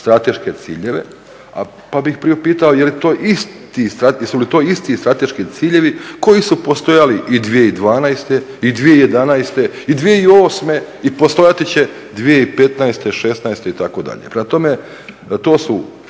strateške ciljeve pa bih priupitao jesu li to isti strateški ciljevi koji su postojali i 2012., i 2011.i 2008.i postojat će i 2015., '16.-te itd.